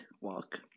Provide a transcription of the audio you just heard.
walk